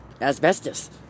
asbestos